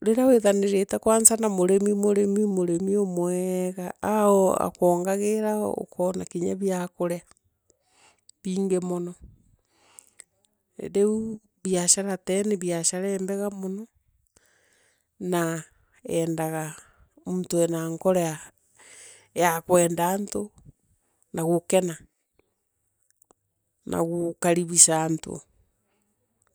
Rivia withaninike kwanza murimi murimi murimi umweega. akwoongaari ukona kinya bia kurea bingi mono. Riu teeu ni biashara mbega nono, na yeengaya muntu ena nkoro ya kwenda antu ne gukena na gukaribicha antu.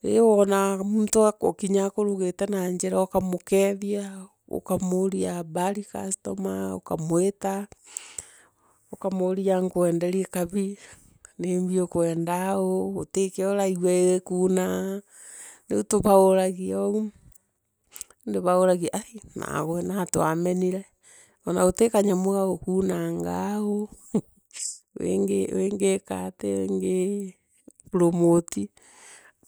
Rii wonaa muntu okinya akurugite na njira ukaamukethia. ukamuria habari customer. ukamwita. ukamuria nkwendesie kale, ni mei ukwendaa aau, utkio uraigua ikigunaa. miu tubauuragii ooo, indi baauragia ai nawe natea wamenire ona uti kanyamu ka gukuunanga aau wingi wingikatea ngi promote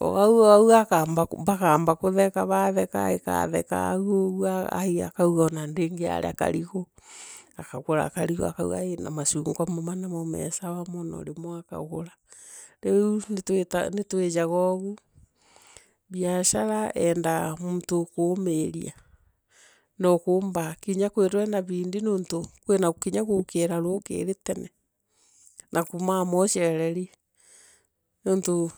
ooou oou bakamba kutheka batheka akaatheka au ou, ai akauga onadiria kangu. akagura karingo akauga ii na masonkwa mama namo meesawa mono nimwe akagura riu nitiijaga ooou. biashara yendaa muntu ukuumi ria no okumba inya kwithira ena bidii nontu kwira mya guukira ruukiri tene no kumaama uchereri nontu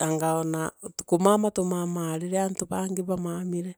anga na kumaama tumaamaa riria antu bangi bamamire.